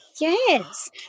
Yes